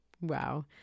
wow